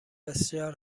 بسیار